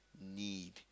need